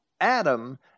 Adam